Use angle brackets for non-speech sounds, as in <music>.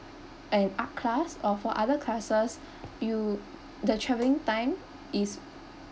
an art class or for other classes <breath> you the traveling time is